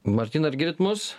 martynai ar girdit mus